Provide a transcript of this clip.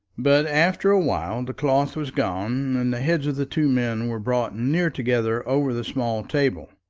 but after a while the cloth was gone, and the heads of the two men were brought near together over the small table.